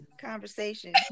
conversation